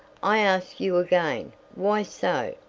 i ask you again, why so?